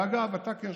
ואגב, אתה כיושב-ראש,